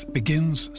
begins